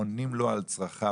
עונים לו על צרכיו".